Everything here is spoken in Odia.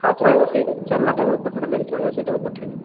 ହଁ ଚଳିବ ସେଇଟା ଫଟୋ ହେଲେ ବି ଚଳିବ ସେଇଟାକୁ ପଠେଇବେ